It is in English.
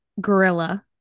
Gorilla